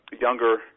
younger